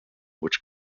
which